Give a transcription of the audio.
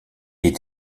est